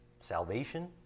salvation